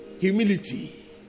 Humility